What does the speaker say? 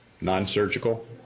non-surgical